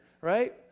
right